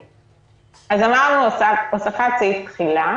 אמרנו, הוספת סעיף תחילה